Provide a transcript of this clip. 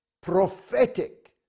prophetic